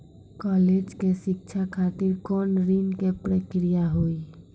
College के शिक्षा खातिर कौन ऋण के प्रक्रिया हुई?